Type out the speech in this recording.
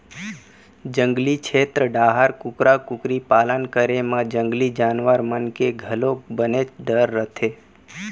जंगली छेत्र डाहर कुकरा कुकरी पालन करे म जंगली जानवर मन के घलोक बनेच डर रथे